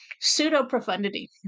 pseudo-profundity